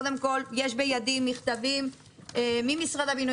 קודם כל יש בידי מכתבים ממשרד הבינוי